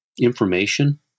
information